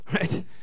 right